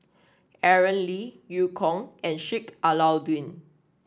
Aaron Lee Eu Kong and Sheik Alau'ddin